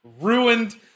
Ruined